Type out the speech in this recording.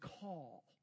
call